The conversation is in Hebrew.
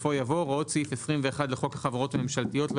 בסופו יבוא "הוראות סעיף 21 לחוק החברות הממשלתיות לא